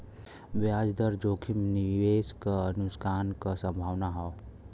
ब्याज दर जोखिम निवेश क नुकसान क संभावना हौ